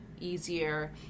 easier